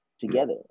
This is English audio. together